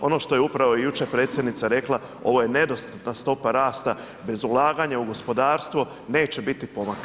Ono što je upravo i jučer predsjednica rekla ovo je nedostatna stopa rasta bez ulaganja u gospodarstvo, neće biti pomaka.